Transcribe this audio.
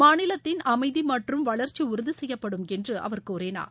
மாநிலத்தின் அமைதி மற்றும் வளர்ச்சி உறுதிசெய்யப்படும் என்று அவர் கூறினார்